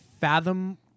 fathom